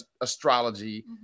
astrology